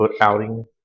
outing